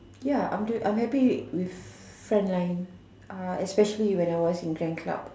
ya I'm happy with front line especially when I was in Jane club